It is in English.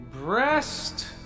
Breast